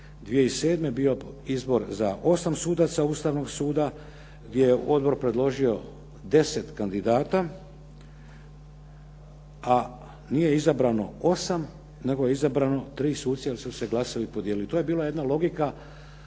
2007. bio izbor za 8 sudaca Ustavnog suda gdje je odbor predložio 10 kandidata a nije izabrano 8, nego je izabrano 3 suca jer su se glasovi podijelili. To je bila jedna logika